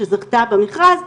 שזכתה במכרז,